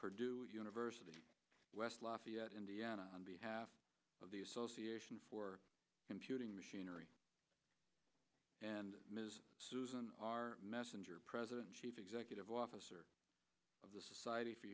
purdue university west lafayette indiana on behalf of the association for computing machinery and ms susan our messenger president chief executive officer of the society for